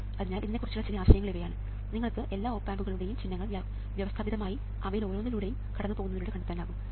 അതിനാൽ ഇതിനെക്കുറിച്ചുള്ള ചില ആശയങ്ങൾ ഇവയാണ് നിങ്ങൾക്ക് എല്ലാ ഓപ് ആമ്പുകളുടെയും ചിഹ്നങ്ങൾ വ്യവസ്ഥാപിതമായി അവയിൽ ഓരോന്നിലൂടെയും കടന്നുപോകുന്നതിലൂടെ കണ്ടെത്താനാകും